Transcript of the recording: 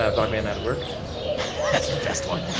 ah black man out of work that's the best one